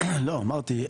אמרתי,